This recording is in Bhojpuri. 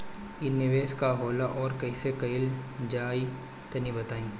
इ निवेस का होला अउर कइसे कइल जाई तनि बताईं?